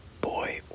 Boy